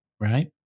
right